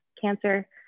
cancer